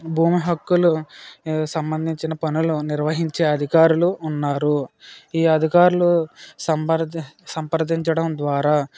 భూమి హక్కులు సంబంధించిన పనులు నిర్వహించే అధికారులు ఉన్నారు ఈ అధికారులు సంబర్ సంప్రదించడం ద్వారా